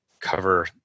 cover